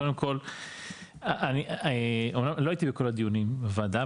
קודם כל אני אמנם לא הייתי בכל הדיונים בוועדה,